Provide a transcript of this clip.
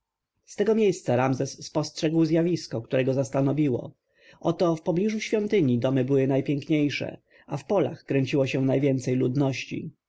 z tego miejsca ramzes spostrzegł zjawisko które go zastanowiło oto w pobliżu świątyń domy były najpiękniejsze a w polach kręciło się najwięcej ludności